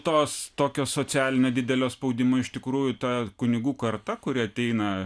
tos tokio socialinio didelio spaudimo iš tikrųjų ta kunigų karta kuri ateina